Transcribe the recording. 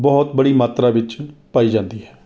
ਬਹੁਤ ਬੜੀ ਮਾਤਰਾ ਵਿਚ ਪਾਈ ਜਾਂਦੀ ਹੈ